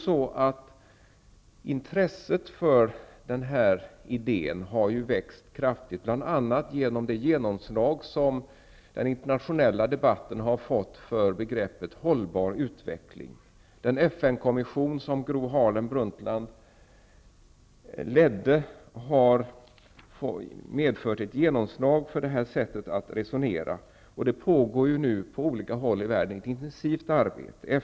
Intresset för den här idén har ju växt kraftigt, bl.a. genom det genomslag som den internationella debatten har givit begreppet hållbar utveckling. Den FN-kommission som Gro Harlem Brundtland ledde har medfört ett genomslag för det här sättet att resonera, och det pågår nu på olika håll i världen ett intensivt arbete.